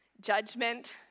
judgment